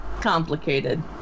complicated